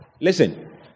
Listen